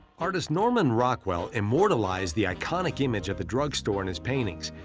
artist norman rockwell immortalized the iconic image of the drugstore in his paintings.